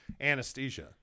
anesthesia